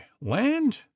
Land